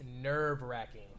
nerve-wracking